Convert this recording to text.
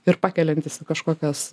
ir pakeliantis į kažkokias